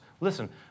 listen